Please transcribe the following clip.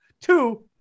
Two